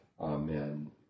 Amen